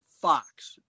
Fox